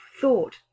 thought